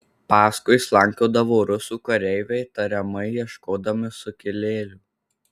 paskui slankiodavo rusų kareiviai tariamai ieškodami sukilėlių